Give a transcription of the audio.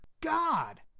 God